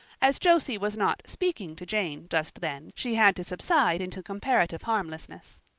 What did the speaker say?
as josie was not speaking to jane just then she had to subside into comparative harmlessness.